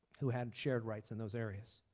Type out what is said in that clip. who had shared rights in those areas.